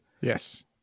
Yes